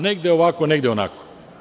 Negde ovako, negde onako.